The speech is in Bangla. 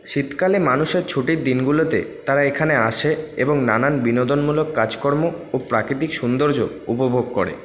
শীতকালে মানুষের ছুটির দিনগুলোতে তারা এখানে আসে এবং নানা বিনোদনমূলক কাজকর্ম ও প্রাকৃতিক সৌন্দর্য উপভোগ করে